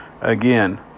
Again